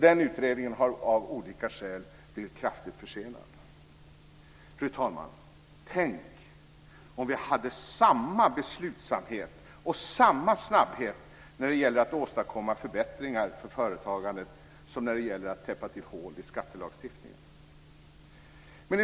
Den utredningen har av olika skäl blivit kraftigt försenad. Fru talman! Tänk om vi hade samma beslutsamhet och samma snabbhet när det gäller att åstadkomma förbättringar för företagandet som när det gäller att täppa till hål i skattelagstiftningen!